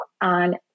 on